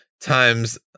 times